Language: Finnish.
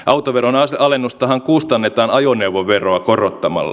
autoveron alennustahan kustannetaan ajoneuvoveroa korottamalla